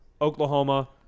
Oklahoma